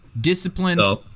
Disciplined